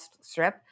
strip